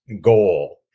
goal